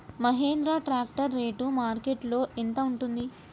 Mahindra tractor rate మార్కెట్లో యెంత ఉంటుంది?